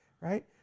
right